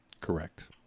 Correct